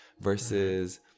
versus